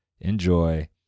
enjoy